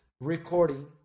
recording